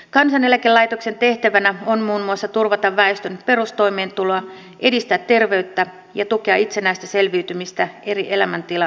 kansaneläkelaitoksen tehtävänä on muun muassa turvata väestön perustoimeentuloa edistää terveyttä ja tukea itsenäistä selviytymistä eri elämäntilanteissa